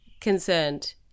concerned